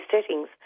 settings